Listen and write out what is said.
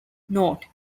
note